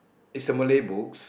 is a Malay books